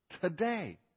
today